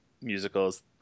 musicals